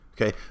okay